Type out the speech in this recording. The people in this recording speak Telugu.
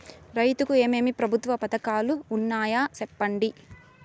రైతుకు ఏమేమి ప్రభుత్వ పథకాలు ఉన్నాయో సెప్పండి?